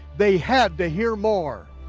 they had to hear more.